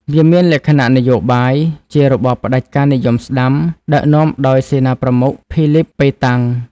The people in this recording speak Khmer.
វាមានលក្ខណៈនយោបាយ ជារបបផ្ដាច់ការនិយមស្តាំ ដឹកនាំដោយសេនាប្រមុខ ភីលីព ប៉េតាំង ។